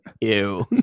ew